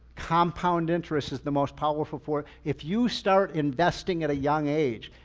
compound interest is the most powerful for, if you start investing at a young age.